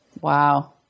Wow